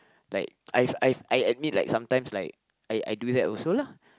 like I I I admit like sometimes I I I do that also lah